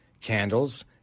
candles